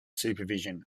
supervision